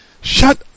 Shut